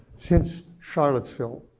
since charlottesville,